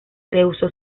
rehusó